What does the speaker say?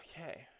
Okay